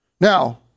Now